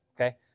okay